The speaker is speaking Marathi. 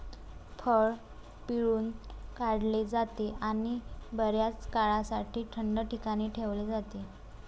फळ पिळून काढले जाते आणि बर्याच काळासाठी थंड ठिकाणी ठेवले जाते